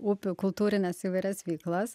upių kultūrines įvairias veiklas